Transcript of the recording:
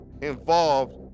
involved